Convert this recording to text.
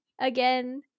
again